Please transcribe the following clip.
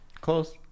Close